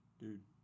dude